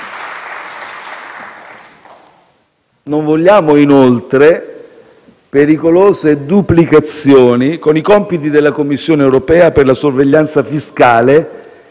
Non vogliamo inoltre pericolose duplicazioni con i compiti della Commissione europea per la sorveglianza fiscale,